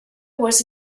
was